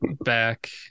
Back